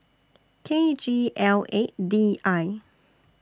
K G L eight D I